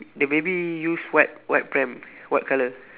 the baby use what what pram what colour